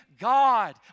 God